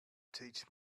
teach